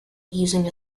using